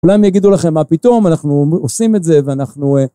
אולי הם יגידו לכם מה פתאום, אנחנו עושים את זה ואנחנו...